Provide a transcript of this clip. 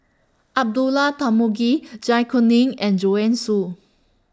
Abdullah Tarmugi Zai Kuning and Joanne Soo